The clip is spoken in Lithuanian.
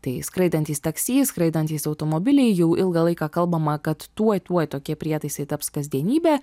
tai skraidantys taksi skraidantys automobiliai jau ilgą laiką kalbama kad tuoj tuoj tokie prietaisai taps kasdienybe